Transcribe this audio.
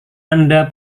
anda